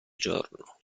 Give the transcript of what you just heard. giorno